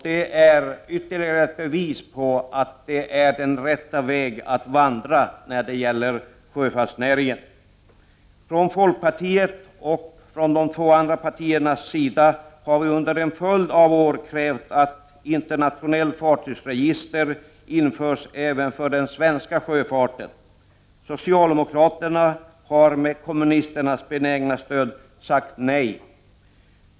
Det är ytterligare ett bevis på att det är den rätta vägen att vandra för sjöfartsnäringen. Från folkpartiets och de andra icke-socialistiska partiernas sida har vi under en följd av år krävt att internationellt fartygsregister införs även för den svenska sjöfarten. Socialdemokraterna har med kommunisternas benägna stöd sagt nej.